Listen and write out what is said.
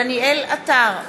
דניאל עטר,